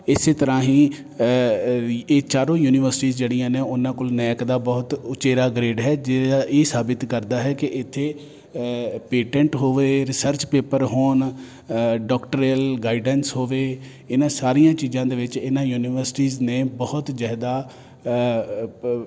ਇਸੇ ਤਰ੍ਹਾਂ ਹੀ ਇਹ ਚਾਰੋਂ ਯੂਨੀਵਰਸਿਟੀਜ਼ ਜਿਹੜੀਆਂ ਨੇ ਉਹਨਾਂ ਕੋਲ ਨੈਕ ਦਾ ਬਹੁਤ ਉਚੇਰਾ ਗ੍ਰੇਡ ਹੈ ਜਿਹੜਾ ਇਹ ਸਾਬਿਤ ਕਰਦਾ ਹੈ ਕਿ ਇੱਥੇ ਪੇਟੈਂਟ ਹੋਵੇ ਰਿਸਰਚ ਪੇਪਰ ਹੋਣ ਡਾਕਟਰੇਅਲ ਗਾਈਡੈਂਸ ਹੋਵੇ ਇਹਨਾਂ ਸਾਰੀਆਂ ਚੀਜ਼ਾਂ ਦੇ ਵਿੱਚ ਇਹਨਾਂ ਯੂਨੀਵਰਸਿਟੀਜ਼ ਨੇ ਬਹੁਤ ਜ਼ਿਆਦਾ